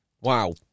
Wow